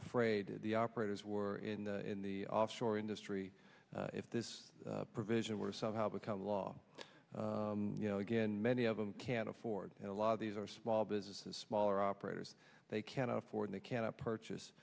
afraid the operators were in the in the offshore industry if this provision were somehow becomes law you know again many of them can't afford it a lot of these are small businesses smaller operators they can't afford and cannot purchase